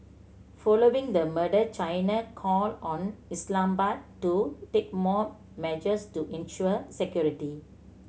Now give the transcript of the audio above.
following the murder China called on Islamabad to take more measures to ensure security